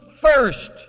first